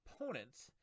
opponents